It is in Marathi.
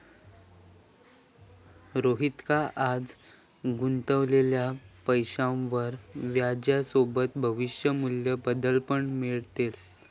रोहितका आज गुंतवलेल्या पैशावर व्याजसोबत भविष्य मू्ल्य बदल पण मिळतले